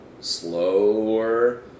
slower